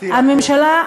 הממשלה,